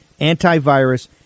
antivirus